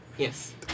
Yes